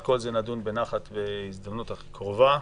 על כל זה נדון בנחת בהזדמנות הקרובה.